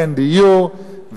אין דיור,